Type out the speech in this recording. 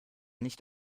nicht